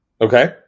Okay